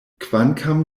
kvankam